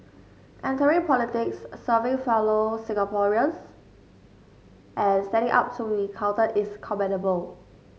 entering politics serving fellow Singaporeans and standing up to be counted is commendable